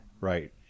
Right